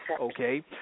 okay